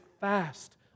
fast